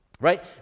right